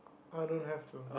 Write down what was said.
oh don't have to